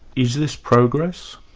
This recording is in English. is this progress?